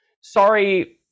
sorry